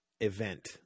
event